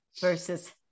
versus